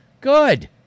Good